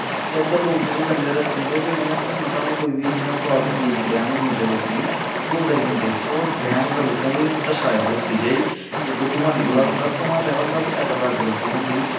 कि अज्जकल लोक जेह्डे़ जंदे न रस्ते च ते इ'यां धुआं धुआं कोई बी इ'यां फालतू बैह्म होई जंदे लोकें ई लोक डरी जंदे पर ओह् बैह्म होंदा लोकें गी दर्शाये दा इस चीजा ई कि अग्गों धुआं निकलदा होंदा धुआं केह्दा होंदा शैड उप्पर अग्ग लगी दी होंदी